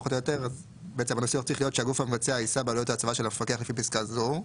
צריך להיות שהגוף המבצע יישא בעלויות ההצבה של המפקח לפי פסקה זאת,